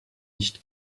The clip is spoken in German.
nicht